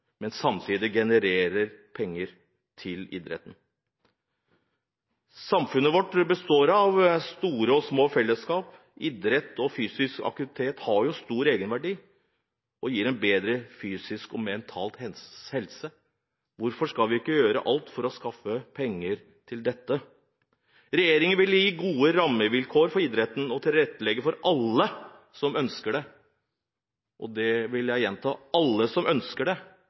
men som samtidig genererer penger til idretten. Samfunnet vårt består av store og små fellesskap. Idrett og fysisk aktivitet har stor egenverdi og gir en bedre fysisk og mental helse. Hvorfor skal vi ikke gjøre alt for å skaffe penger til dette? Regjeringen vil gi gode rammevilkår for idretten og tilrettelegge for at alle som ønsker det – og det vil jeg gjenta, alle som ønsker det